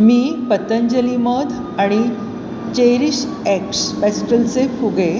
मी पतंजली मध आणि चेरिशएक्स पेस्टलचे फुगे